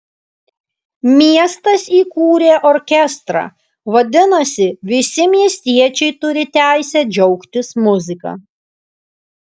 miestas įkūrė orkestrą vadinasi visi miestiečiai turi teisę džiaugtis muzika